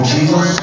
Jesus